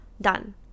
done